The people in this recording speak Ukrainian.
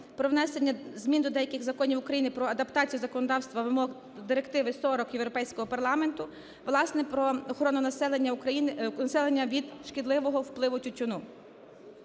про внесення змін до деяких законів України про адаптацію законодавства до вимог директиви 40 Європейського парламенту, власне, про охорону населення України, населення від шкідливого впливу тютюну.